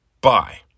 Bye